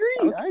agree